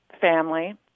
family